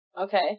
Okay